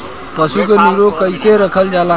पशु के निरोग कईसे रखल जाला?